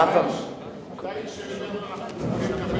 אנחנו מקבלים תשובות,